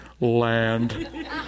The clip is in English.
land